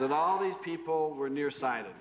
that all these people were near sighted